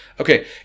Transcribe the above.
Okay